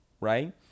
right